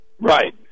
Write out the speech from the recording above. Right